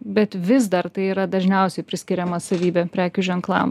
bet vis dar tai yra dažniausiai priskiriama savybė prekių ženklam